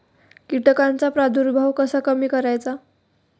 कीटकांचा प्रादुर्भाव कसा कमी करायचा?